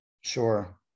sure